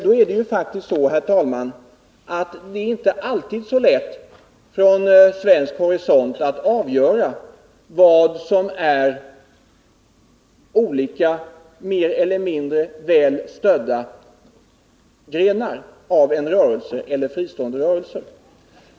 Det är faktiskt så, herr talman, att det inte alltid är så lätt att från svensk horisont avgöra vad som är mer eller mindre väl stödda grenar av en rörelse eller fristående rörelser.